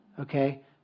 Okay